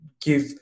give